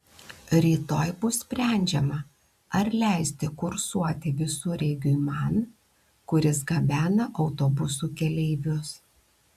rytoj bus sprendžiama ar leisti kursuoti visureigiui man kuris gabena autobusų keleivius